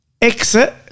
exit